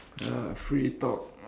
uh free talk